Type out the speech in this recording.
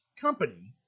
company